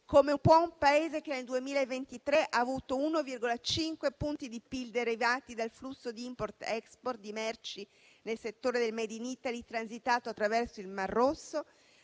come può un Paese, che nel 2023 ha avuto 1,5 punti di PIL derivati dal flusso di *import*-*export* di merci nel settore del *made in Italy* transitato attraverso il Mar Rosso,